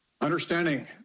Understanding